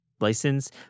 license